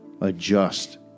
adjust